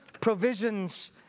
provisions